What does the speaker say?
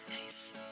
Nice